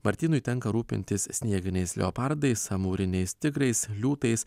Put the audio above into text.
martynui tenka rūpintis snieginiais leopardais amūriniais tigrais liūtais